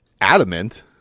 adamant